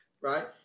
right